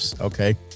okay